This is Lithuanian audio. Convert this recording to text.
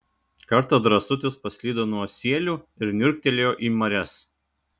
kartą drąsutis paslydo nuo sielių ir niurktelėjo į marias